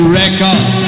record